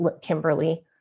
Kimberly